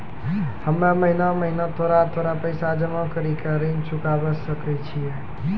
हम्मे महीना महीना थोड़ा थोड़ा पैसा जमा कड़ी के ऋण चुकाबै सकय छियै?